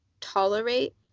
tolerate